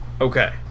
Okay